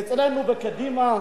במצע קדימה,